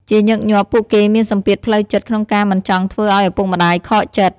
ជាញឹកញាប់ ពួកគេមានសម្ពាធផ្លូវចិត្តក្នុងការមិនចង់ធ្វើឲ្យឪពុកម្តាយខកចិត្ត។